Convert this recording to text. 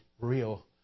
real